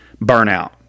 burnout